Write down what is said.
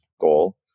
goal